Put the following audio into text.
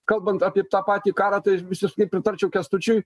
kalbant apie tą patį karą tai visiškai pritarčiau kęstučiui